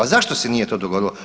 A zašto se nije to dogodilo?